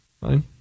Fine